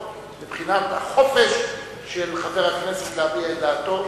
מבחינת החופש של חבר הכנסת להביע את דעתו